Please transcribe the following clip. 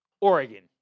Oregon